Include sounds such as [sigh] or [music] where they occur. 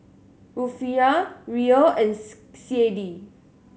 Rufiyaa Riel and [unintelligible] C A D